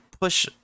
push